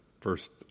first